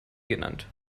genannt